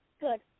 Good